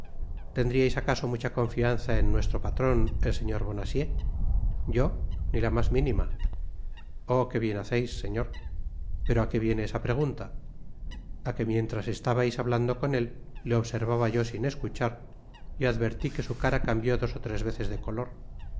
tendríais acaso mucha confianza en nuestro patron el señor bonacieux yo ni la mas mínima oh qué bien haceis señor i pero a qué viene esa pregunta a que mientras estabais hablando con él le observaba yo sin escuchar y advertí que su cara cambió dos ó tres veces de color